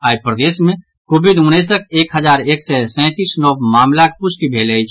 आई प्रदेश मे कोविड उन्नैसक एक हजार एक सय सैंतीस नव मामिलाक पुष्टि भेल अछि